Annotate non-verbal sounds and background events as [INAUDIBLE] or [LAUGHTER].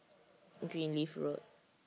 [NOISE] Greenleaf Road